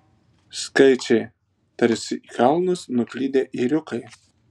skaičiai tarsi į kalnus nuklydę ėriukai